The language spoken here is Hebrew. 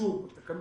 באישור --- חלק